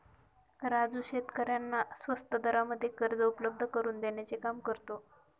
राजू शेतकऱ्यांना स्वस्त दरामध्ये कर्ज उपलब्ध करून देण्याचं काम करतो